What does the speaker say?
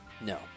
No